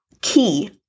key